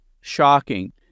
shocking